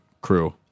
crew